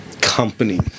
company